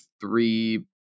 three